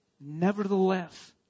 Nevertheless